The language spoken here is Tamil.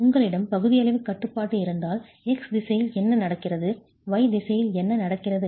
உங்களிடம் பகுதியளவு கட்டுப்பாடு இருந்தால் x திசையில் என்ன நடக்கிறது y திசையில் என்ன நடக்கிறது